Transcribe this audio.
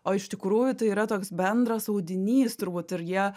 o iš tikrųjų tai yra toks bendras audinys turbūt ir jie